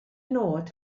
nod